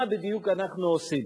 מה בדיוק אנחנו עושים.